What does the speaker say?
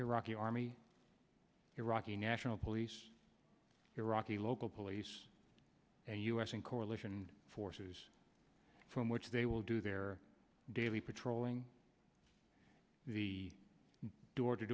iraqi army iraqi national police iraqi local police and u s and coalition forces from which they will do their daily patrolling the door to